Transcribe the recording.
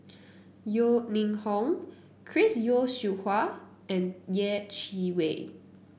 Yeo Ning Hong Chris Yeo Siew Hua and Yeh Chi Wei